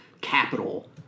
capital